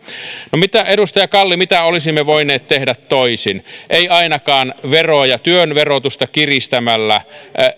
edustaja kalli mitä olisimme voineet tehdä toisin ainakaan veroja työn verotusta kiristämällä